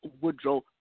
Woodrow